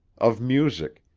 of music,